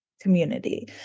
community